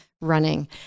running